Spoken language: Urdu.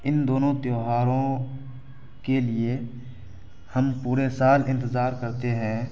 ان دونوں تہواروں کے لیے ہم پورے سال انتظار کرتے ہیں